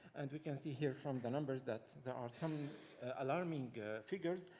and we can see here from the numbers, that there are some alarming figures.